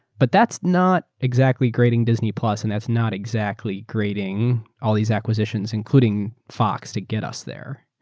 but that's not exactly grading disney plus and that's not exactly grading all these acquisitions including fox to get us there.